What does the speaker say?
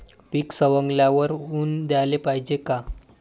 पीक सवंगल्यावर ऊन द्याले पायजे का?